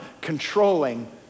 controlling